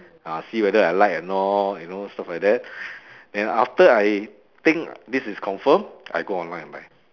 ah see whether I like or not you know stuff like that then after I think this is confirm I go online and buy